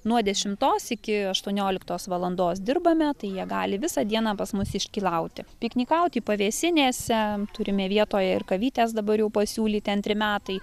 nuo dešimtos iki aštuonioliktos valandos dirbame tai jie gali visą dieną pas mus iškylauti piknikauti pavėsinėse turime vietoje ir kavytės dabar jau pasiūlyti antri metai